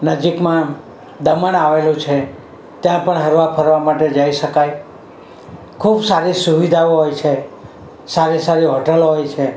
નજીકમાં દમણ આવેલું છે ત્યાં પણ હરવા ફરવા માટે જઈ શકાય ખૂબ સારી સુવિધાઓ હોય છે સારી સારી હોટલો હોય છે